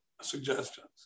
suggestions